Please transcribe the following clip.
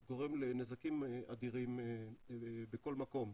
שהוא גורם לנזקים אדירים בכל מקום,